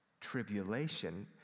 tribulation